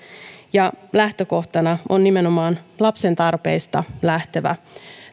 lähtökohtana ovat nimenomaan lapsen tarpeista lähtevät